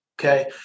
okay